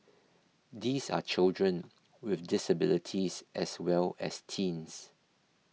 these are children with disabilities as well as teens